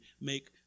make